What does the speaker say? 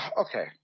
Okay